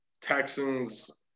Texans